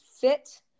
fit